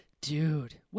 Dude